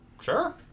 sure